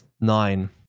Nine